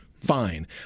fine